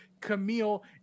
Camille